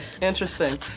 Interesting